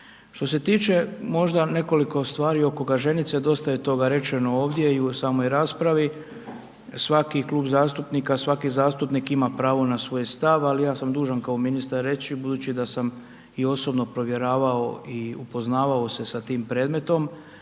Što se tiče možda nekoliko stvari oko Gaženice, dosta je toga rečeno ovdje i u samoj raspravi, svaki klub zastupnika, svaki zastupnik ima pravo na svoj stav, ali ja sam dužan kao ministar reći, budući da sam i osobno provjeravao i poznavao se sa tim predmetom,